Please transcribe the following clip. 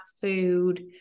food